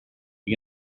you